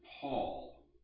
Paul